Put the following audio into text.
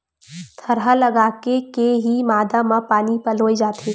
थरहा लगाके के ही मांदा म पानी पलोय जाथे